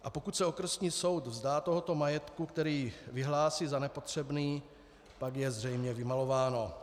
A pokud se okresní soud vzdá tohoto majetku, který vyhlásí za nepotřebný, tak je zřejmě vymalováno.